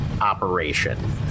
operation